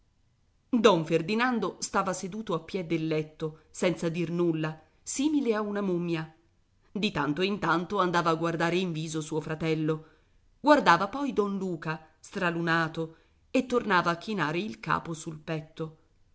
don ferdinando stava seduto a piè del letto senza dir nulla simile a una mummia di tanto in tanto andava a guardare in viso suo fratello guardava poi don luca stralunato e tornava a chinare il capo sul petto